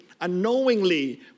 Unknowingly